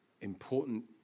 important